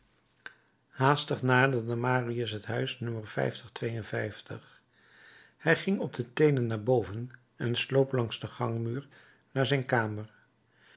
haastig naderde marius het huis no hij ging op de teenen naar boven en sloop langs den gangmuur naar zijn kamer